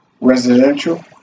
residential